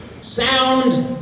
Sound